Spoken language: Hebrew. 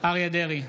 אריה מכלוף דרעי,